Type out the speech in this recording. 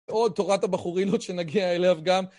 עוד תורת הבחורילות שנגיע אליה גם.